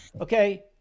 Okay